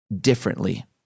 differently